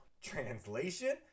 Translation